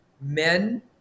men